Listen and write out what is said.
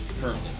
currently